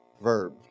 verb